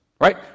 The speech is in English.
right